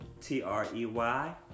T-R-E-Y